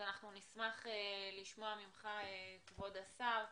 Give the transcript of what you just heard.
נשמח לשמוע ממך כבוד השר,